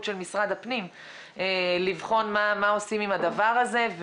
של משרד הפנים לבחון מה עושים עם הדבר הזה,